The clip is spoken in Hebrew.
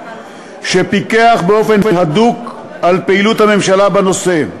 שפיקחה באופן הדוק על פעילות הממשלה בנושא.